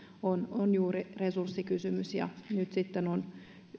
on on juuri resurssikysymys nyt on